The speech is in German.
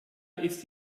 ist